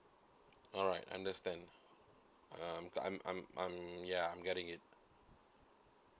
alright understand um I'm I'm I'm ya I'm getting it